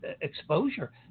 exposure